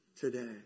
today